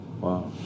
Wow